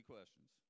questions